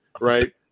Right